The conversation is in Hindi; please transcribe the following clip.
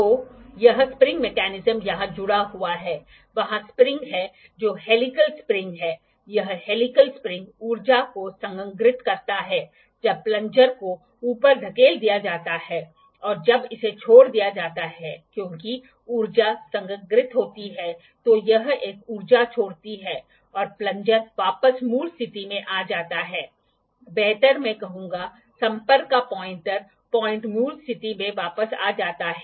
तो यह स्प्रिंग मेकैनिज्म यहाँ जुड़ा हुआ है वहाँ स्प्रिंग है जो हेलिकल स्प्रिंग है यह हेलिकल स्प्रिंग ऊर्जा को संग्रहीत करता है जब प्लंजर को ऊपर धकेल दिया जाता है और जब इसे छोड़ दिया जाता है क्योंकि ऊर्जा संग्रहीत होती है तो यह एक ऊर्जा छोड़ती है और प्लंजर वापस मूल स्थिति में आ जाता है बेहतर मैं कहूंगा संपर्क का पॉइंटर पॉइंट मूल स्थिति में वापस आ जाता है